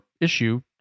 issue